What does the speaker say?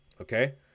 okay